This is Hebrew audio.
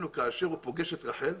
כאשר הוא פוגש את רחל,